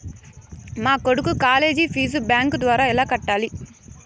మా కొడుకు college fees bank ద్వారా ఎలా కట్టాలి?